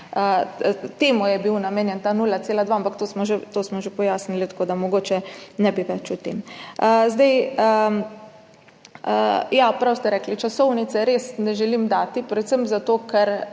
Temu je bil namenjen ta 0,2, ampak to smo že pojasnili, tako da mogoče ne bi več o tem. Ja, prav ste rekli, časovnice res ne želim dati, predvsem zato, ker